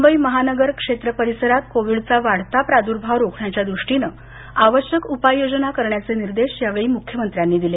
मुंबई महानगर क्षेत्र परिसरात कोविडचा वाढता प्रादुर्भाव रोखण्याच्या दृष्टीने आवश्यक उपाययोजना करण्याचे निर्देश यावेळी मुख्यमंत्र्यांनी दिले